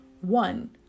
one